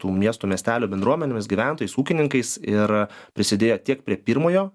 tų miestų miestelių bendruomenėmis gyventojais ūkininkais ir prisidėjo tiek prie pirmojo